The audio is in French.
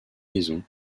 liaison